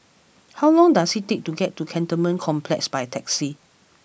how long does it take to get to Cantonment Complex by taxi